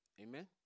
Amen